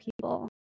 people